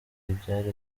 ibyari